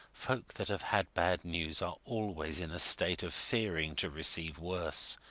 folk that have had bad news are always in a state of fearing to receive worse,